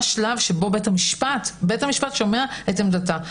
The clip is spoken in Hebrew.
בית המשפט שומע את עמדתה,